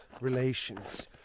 relations